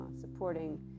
supporting